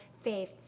faith